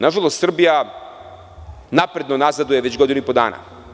Nažalost, Srbija napredno nazaduje već godinu dana.